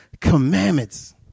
commandments